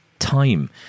time